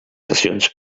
sessions